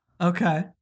okay